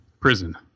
Prison